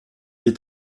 est